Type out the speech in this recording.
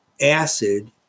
acid